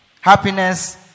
happiness